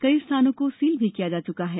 कई स्थानों को सील भी किया जा चुका है